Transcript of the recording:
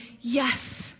yes